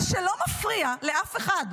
מה שלא מפריע לאף אחד,